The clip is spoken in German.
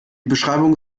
beschreibung